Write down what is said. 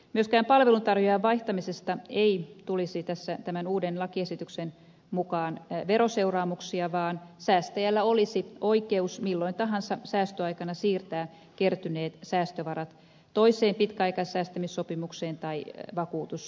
myöskään palveluntarjoajan vaihtamisesta ei tulisi tämän uuden lakiesityksen mukaan veroseuraamuksia vaan säästäjällä olisi oikeus milloin tahansa säästöaikana siirtää kertyneet säästövarat toiseen pitkäaikaissäästämissopimukseen tai vakuutussopimukseen